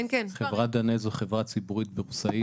חברת דנאל היא חברה ציבורית בורסאית,